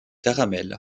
caramel